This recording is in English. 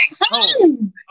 home